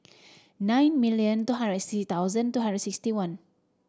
nine million two hundred sixty thousand two hundred sixty one